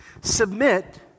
Submit